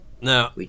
Now